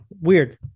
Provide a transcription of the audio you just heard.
Weird